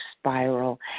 spiral